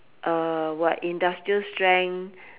uh what industrial strength